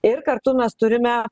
ir kartu mes turime